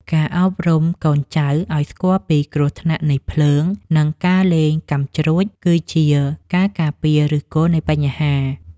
ការអប់រំកូនចៅឱ្យស្គាល់ពីគ្រោះថ្នាក់នៃភ្លើង និងការលេងកាំជ្រួចគឺជាការការពារឫសគល់នៃបញ្ហា។